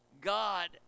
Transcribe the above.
God